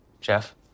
Jeff